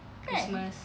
christmas